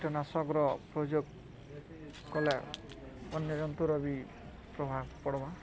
କୀଟନାଶକର ପ୍ରଯୋଗ କଲେ ଅନ୍ୟ ଜନ୍ତୁର ବି ପ୍ରଭାବ ପଡ଼୍ବା